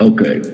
Okay